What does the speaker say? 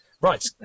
Right